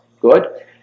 Good